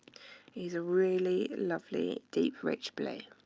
is a really lovely, deep, rich blue.